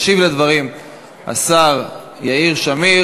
ישיב על הדברים השר יאיר שמיר,